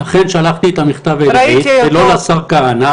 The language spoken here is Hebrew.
לכן שלחתי את המכתב אל עידית ולא לשר כהנא